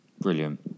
Brilliant